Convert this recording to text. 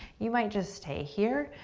you might just stay here.